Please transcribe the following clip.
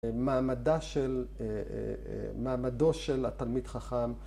מעמדו של התלמיד חכם